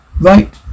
right